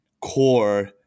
core